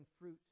fruit